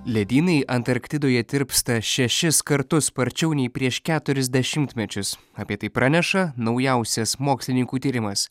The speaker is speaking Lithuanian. ledynai antarktidoje tirpsta šešis kartus sparčiau nei prieš keturis dešimtmečius apie tai praneša naujausias mokslininkų tyrimas